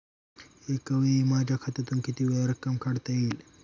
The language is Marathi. एकावेळी माझ्या खात्यातून कितीवेळा रक्कम काढता येईल?